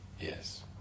Yes